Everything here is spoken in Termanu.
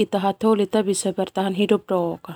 ita hataholi ta bertahan hidup dok ka fa.